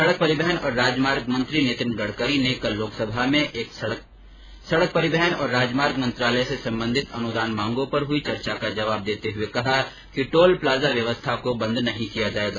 सड़क परिवहन और राजमार्ग मंत्री नितिन गडकरी ने लोकसभा में सड़क परिवहन और राजमार्ग मंत्रालय से संबंधित अनुदान मांगों पर हुई चर्चा का जवाब देते हुए कहा की टोल प्लाजा व्यवस्था को बंद नहीं किया जाएगा